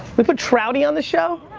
we put trouty on this show?